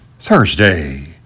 Thursday